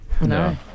No